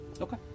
Okay